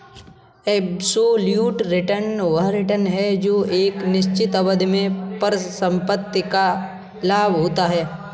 absolute return वह return है जो एक निश्चित अवधि में परिसंपत्ति का लाभ होता है